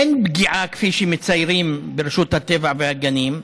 אין פגיעה, כפי שמציירים ברשות הטבע והגנים,